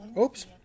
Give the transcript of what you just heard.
Oops